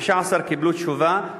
15 קיבלו תשובה,